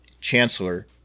Chancellor